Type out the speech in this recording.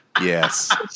Yes